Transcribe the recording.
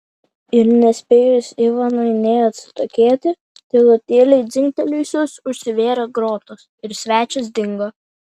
ir nespėjus ivanui nė atsitokėti tylutėliai dzingtelėjusios užsivėrė grotos ir svečias dingo